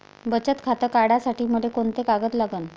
बचत खातं काढासाठी मले कोंते कागद लागन?